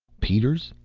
peters,